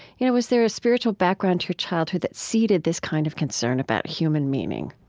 you know, was there a spiritual background to your childhood that seeded this kind of concern about human meaning?